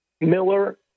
Miller